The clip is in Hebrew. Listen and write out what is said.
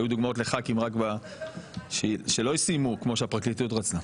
היו דוגמאות לח"כים שלא סיימו כמו שהפרקליטות רצתה.